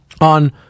on